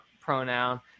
pronoun